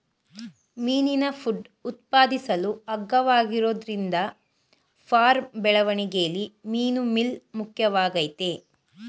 ಮೀನಿನ ಫುಡ್ ಉತ್ಪಾದಿಸಲು ಅಗ್ಗವಾಗಿರೋದ್ರಿಂದ ಫಾರ್ಮ್ ಬೆಳವಣಿಗೆಲಿ ಮೀನುಮೀಲ್ ಮುಖ್ಯವಾಗಯ್ತೆ